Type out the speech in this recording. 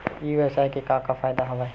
ई व्यवसाय के का का फ़ायदा हवय?